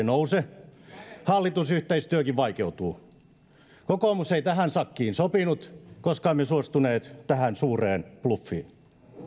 nouse hallitusyhteistyökin vaikeutuu kokoomus ei tähän sakkiin sopinut koska emme suostuneet tähän suureen bluffiin